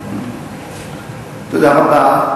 תודה רבה.